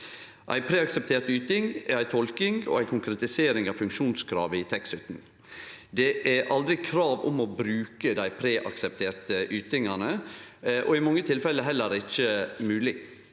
Ei preakseptert yting er ei tolking og konkretisering av funksjonskravet i TEK17. Det er aldri krav om å bruke dei preaksepterte ytingane og i mange tilfelle heller ikkje mogleg.